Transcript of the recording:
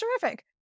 terrific